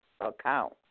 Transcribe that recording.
account